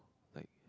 like had